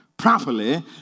properly